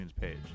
page